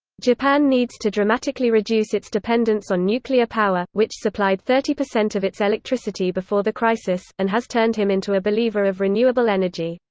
japan needs to dramatically reduce its dependence dependence on nuclear power, which supplied thirty percent of its electricity before the crisis, and has turned him into a believer of renewable energy.